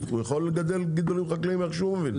הוא יכול לגדל גידולים חקלאיים איך שהוא מבין.